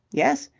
yes.